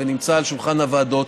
ונמצא על שולחן הוועדות,